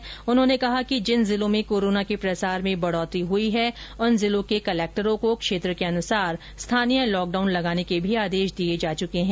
स्वास्थ्य मंत्री ने कहा कि जिन जिलों में कोरोना के प्रसार में बढ़ोतरी हुई है उन जिलों के कलेक्टर्स को क्षेत्र के अनुसार स्थानीय लॉकडाउन लगाने के भी आदेश दिए जा चुके हैं